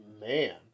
man